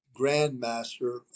grandmaster